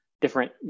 different